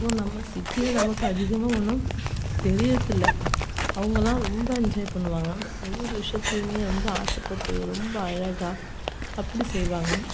இப்போது நம்ம சிட்டியில் நமக்கு அதிகமாக ஒன்றும் தெரியிறதில்லை அவங்கெல்லாம் ரொம்ப என்ஜாய் பண்ணுவாங்க ஒவ்வொரு விஷயத்தையுமே ரொம்ப ஆசைப்பட்டு ரொம்ப அழகாக அப்படி செய்வாங்க